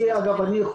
אני יכול